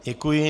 Děkuji.